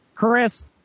Chris